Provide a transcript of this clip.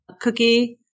Cookie